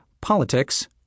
POLITICS